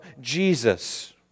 Jesus